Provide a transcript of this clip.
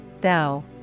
thou